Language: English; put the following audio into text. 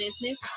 Business